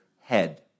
head